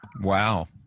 Wow